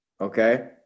Okay